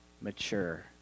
mature